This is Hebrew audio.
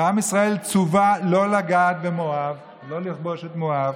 ועם ישראל צֻווה לא לגעת במואב, לא לכבוש את מואב,